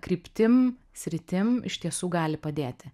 kryptim sritim iš tiesų gali padėti